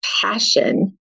passion